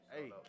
Hey